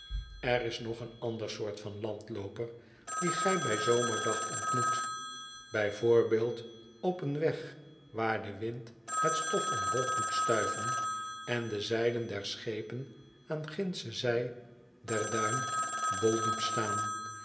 er is nog een ander soort van landlooper dien gij bij zomerdag ontmoet bij voorbeeld op een weg waar de wind het stof omhoog doet stuiven en de zeilen der schepen aan gindsche zy der duin bol doet staan